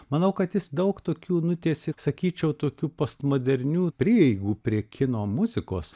manau kad jis daug tokių nutiesė sakyčiau tokių postmodernių prieigų prie kino muzikos